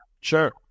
Sure